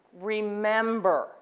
Remember